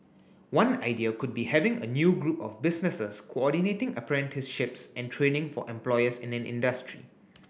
one idea could be having a new group of businesses coordinating apprenticeships and training for employers in an industry